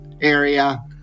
area